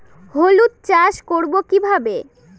হলুদ চাষ করব কিভাবে?